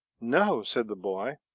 no, said the boy.